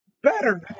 better